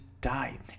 die